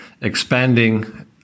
expanding